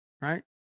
right